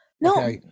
No